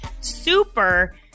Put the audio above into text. super